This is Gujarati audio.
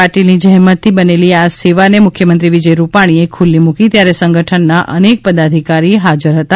પાટિલની જેમતથી બનેલી આ સેવા ને મુખ્યમંત્રી વિજય રૂપાણી એ ખુલ્લી મૂકી ત્યારે સંગઠનના અનેક પદાધિકારી હાજર હતા